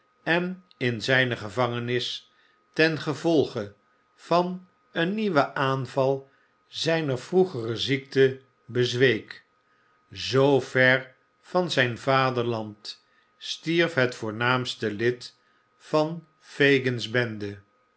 en in zijne gevangenis ten gevolge van een nieuwen aanval zijner vroegere ziekte bezweek zoo ver van zijn vaderland stierf het voornaamste lid van fagin's bende